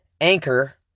Anchor